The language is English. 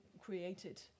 created